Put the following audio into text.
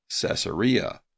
Caesarea